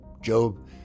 Job